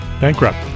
Bankrupt